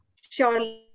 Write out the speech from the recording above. Sure